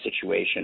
situation